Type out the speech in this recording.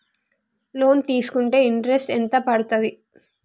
Loan తీస్కుంటే interest ఎంత పడ్తది?